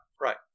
right